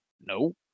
No